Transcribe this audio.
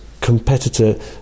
competitor